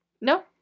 No